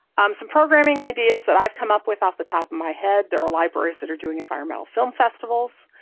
um some programming ideas that i've come up with off the top of my head there are libraries that are doing environmental film festivals,